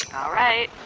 all right